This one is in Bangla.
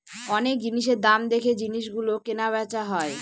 অনেক জিনিসের দাম দেখে জিনিস গুলো কেনা বেচা হয়